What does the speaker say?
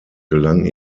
gelang